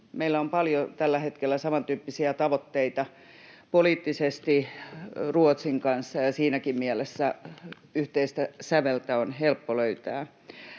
Meillä on paljon tällä hetkellä samantyyppisiä tavoitteita poliittisesti Ruotsin kanssa, ja siinäkin mielessä yhteistä säveltä on helppo löytää.